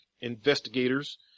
investigators